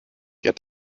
der